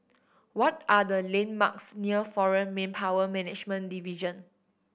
what are the landmarks near Foreign Manpower Management Division